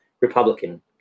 Republican